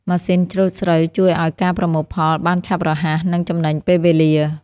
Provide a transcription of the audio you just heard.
ម៉ាស៊ីនច្រូតស្រូវជួយឱ្យការប្រមូលផលបានឆាប់រហ័ស និងចំណេញពេលវេលា។